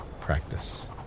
practice